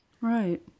right